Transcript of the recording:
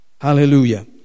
hallelujah